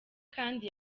kandi